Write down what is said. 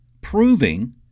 proving